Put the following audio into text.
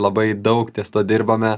labai daug ties tuo dirbome